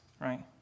right